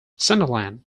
sunderland